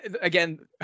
again